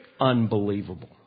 Unbelievable